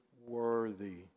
worthy